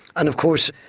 and of course,